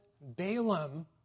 Balaam